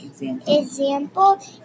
example